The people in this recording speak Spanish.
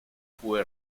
fue